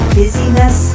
busyness